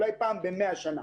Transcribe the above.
אולי פעם ב-100 שנה.